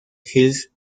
hills